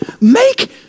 make